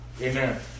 Amen